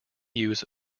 use